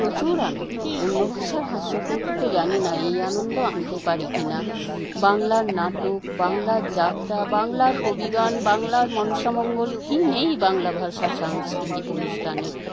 প্রচুর আনন্দ অন্য ভাষার হাস্যকৌতুকে জানি না এই আনন্দ আনতে পারে কিনা বাংলার নাটক বাংলার যাত্রা বাংলার কবিগান বাংলার মনসামঙ্গল কি নেই বাংলা ভাষার সাংস্কৃতিক অনুষ্ঠানে